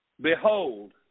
Behold